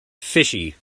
fishy